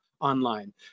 online